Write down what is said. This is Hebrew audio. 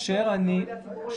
זה לא מידע ציבורי.